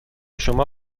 شما